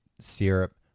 syrup